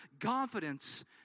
confidence